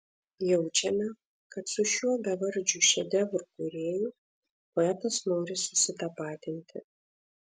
jaučiame kad su šiuo bevardžiu šedevrų kūrėju poetas nori susitapatinti